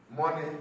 Money